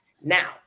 now